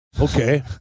Okay